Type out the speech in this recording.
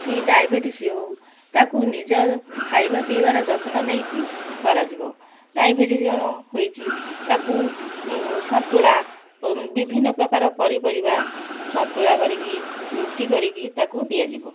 କି ଡାଇବେଟିସ ହଉ ତାକୁ ନିଜ ଖାଇବା ପିଇବାର ଯତ୍ନ ନେଇକି କରାଯିବ ଡାଇବେଟିସ ଜଣକୁ ହେଇଛି ତାକୁ ସନ୍ତୁଳା ବିଭିନ୍ନ ପ୍ରକାର ପରିପରିବା ସନ୍ତୁଳା କରିକି ରୁଟି କରିକି ତାକୁ ଦିଆଯିବ